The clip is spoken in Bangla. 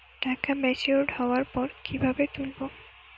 টাকা ম্যাচিওর্ড হওয়ার পর কিভাবে তুলব?